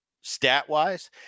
stat-wise